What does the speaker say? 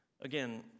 again